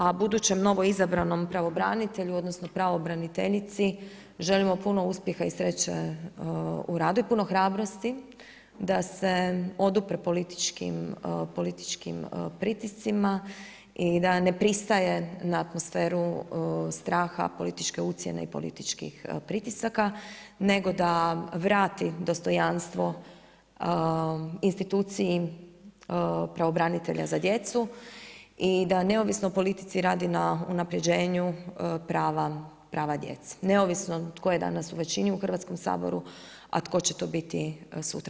A budućem novoizabranom pravobranitelju odnosno pravobraniteljici želimo puno uspjeha i sreće u radu i puno hrabrosti da se odupre političkim pritiscima i da ne pristaje na atmosferu straha, političke ucjene i političkih pritisaka nego da vrati dostojanstvo instituciji pravobranitelja za djecu i da neovisno o politici radi na unapređenju prava, prava djece, neovisno tko je danas u većini u Hrvatskom saboru a tko će to biti sutra.